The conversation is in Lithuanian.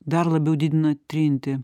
dar labiau didina trintį